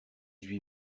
huit